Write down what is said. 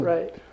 Right